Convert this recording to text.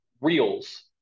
reels